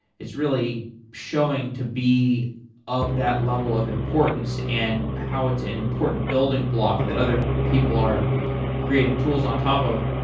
it's really showing to be of that level of importance and how it's an important building block that other people are creating tools on top of.